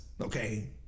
okay